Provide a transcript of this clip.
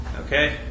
okay